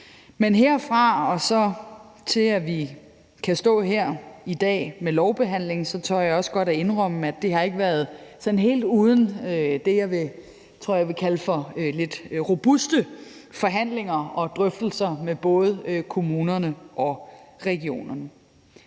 derfra og så til, at vi kan stå her i dag med lovbehandlingen, tør jeg også godt indrømme ikke har været sådan helt uden det, jeg tror jeg vil kalde for lidt robuste forhandlinger og drøftelser med både kommunerne og regionerne.